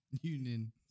Union